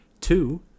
Two